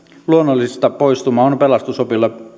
luonnollista poistumaa on pelastusopistolla